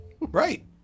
Right